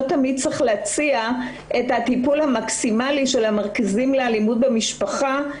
לא תמיד צריך להציע את הטיפול המקסימלי של המרכזים לאלימות במשפחה.